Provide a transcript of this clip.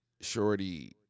Shorty